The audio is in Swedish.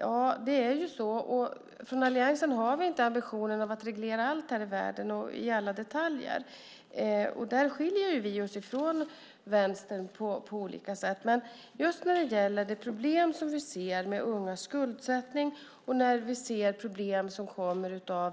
Ja, det är så. Alliansen har inte ambitionen att reglera allt här i världen i alla detaljer. Där skiljer vi oss från Vänstern på olika sätt. Just nu gäller det de problem vi ser med ungas skuldsättning och de problem som kommer sig av